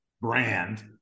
brand